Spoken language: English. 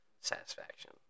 satisfaction